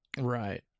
Right